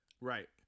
Right